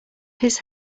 his